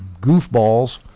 goofballs